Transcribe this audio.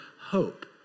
hope